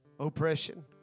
Oppression